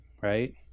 right